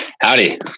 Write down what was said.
Howdy